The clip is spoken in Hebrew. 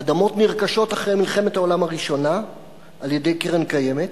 האדמות נרכשות אחרי מלחמת העולם הראשונה על-ידי קרן הקיימת.